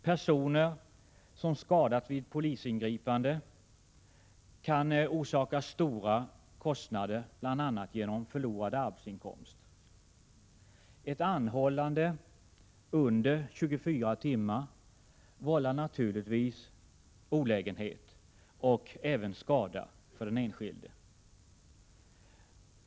Personer som skadats vid polisingripande kan orsakas stora kostnader, bl.a. genom förlorad arbetsinkomst. Att vara anhållen under 24 timmar vållar naturligtvis olägenhet och även skada för den enskilde.